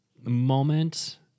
moment